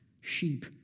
sheep